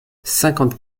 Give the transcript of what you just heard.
cinquante